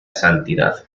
santidad